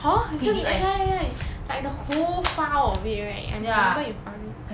hor 很像 eh ya ya ya like the whole file of it right I remember you found it